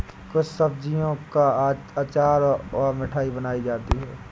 कुछ सब्जियों का अचार और मिठाई बनाई जाती है